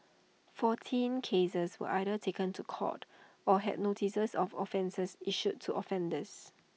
fourteen cases were either taken to court or had notices of offence issued to offenders